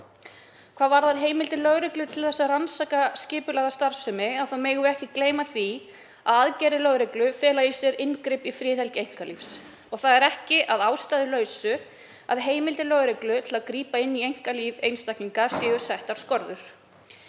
Hvað varðar heimildir lögreglu til að rannsaka skipulagða starfsemi megum við ekki gleyma því að aðgerðir lögreglu fela í sér inngrip í friðhelgi einkalífs og það er ekki að ástæðulausu að heimildum lögreglu til að grípa inn í einkalíf einstaklinga séu settar skorður.